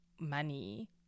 money